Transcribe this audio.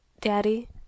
Daddy